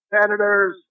senators